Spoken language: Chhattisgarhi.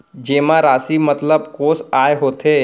जेमा राशि मतलब कोस आय होथे?